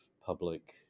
public